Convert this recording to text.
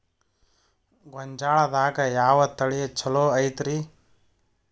ಗೊಂಜಾಳದಾಗ ಯಾವ ತಳಿ ಛಲೋ ಐತ್ರಿ?